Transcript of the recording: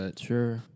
Sure